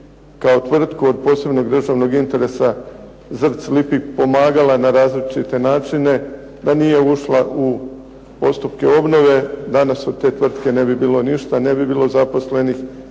kao tvrtku od posebnog državnog interesa ZRC "Lipik" pomagala na različite načine, da nije ušla u postupke obnove, danas od te tvrtke ne bi bilo ništa, ne bi bilo zaposlenih,